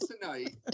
tonight